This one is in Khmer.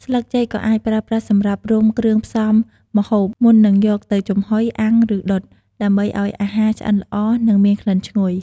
ស្លឹកចេកក៏អាចប្រើប្រាស់សម្រាប់រុំ គ្រឿងផ្សំម្ហូប មុននឹងយកទៅចំហុយ អាំង ឬដុត ដើម្បីឱ្យអាហារឆ្អិនល្អ និងមានក្លិនឈ្ងុយ។